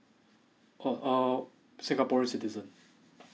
oh err singapore citizen